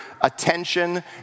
attention